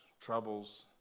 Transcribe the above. troubles